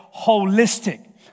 holistic